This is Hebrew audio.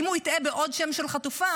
אם הוא יטעה בעוד שם של חטופה,